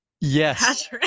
Yes